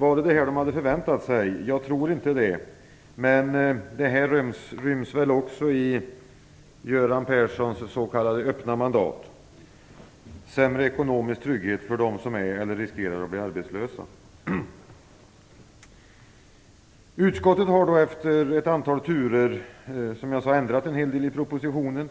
Hade de förväntat sig detta? Jag tror inte det, men detta ryms väl också i Göran Perssons s.k. öppna mandat. Det skall vara sämre ekonomisk trygghet för dem som är eller riskerar att bli arbetslösa. Utskottet har efter ett antal turer, som jag sade, ändrat en hel del i propositionen.